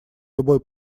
любой